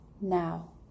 Now